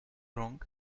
wrong